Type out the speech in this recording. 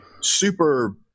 super